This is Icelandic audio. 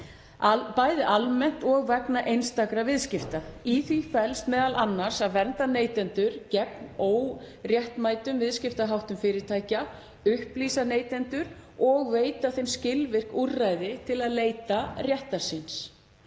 bæði almennt og vegna einstakra viðskipta. Í því felst m.a. að vernda neytendur gegn óréttmætum viðskiptaháttum fyrirtækja, upplýsa neytendur og veita þeim skilvirk úrræði til að leita réttar síns.